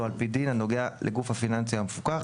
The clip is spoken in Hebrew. על פי הדין הנוגע לגוף הפיננסי המפוקח,